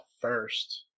first